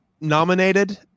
nominated